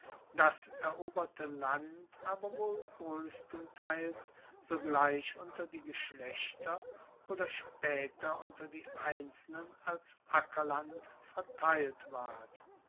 das eroberte land aber wohl groesstenteils sogleich unter die geschlechter oder spaeter unter die einzelnen als ackerland verteilt ward